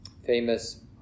famous